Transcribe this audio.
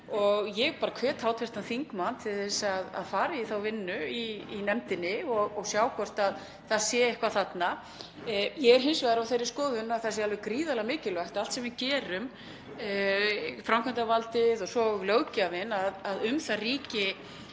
Ég hvet hv. þingmann til þess að fara í þá vinnu í nefndinni og sjá hvort það sé eitthvað þarna. Ég er hins vegar á þeirri skoðun að það sé alveg gríðarlega mikilvægt að um allt sem við gerum, framkvæmdarvaldið og löggjafinn, ríki